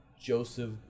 joseph